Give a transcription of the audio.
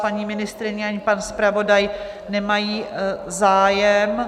Paní ministryně ani pan zpravodaj nemají zájem.